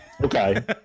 Okay